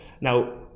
Now